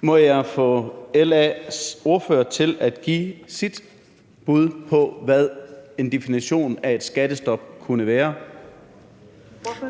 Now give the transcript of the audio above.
Kunne jeg få LA's ordfører til at give sit bud på, hvad en definition af et skattestop kunne være? Kl.